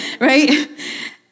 right